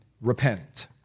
repent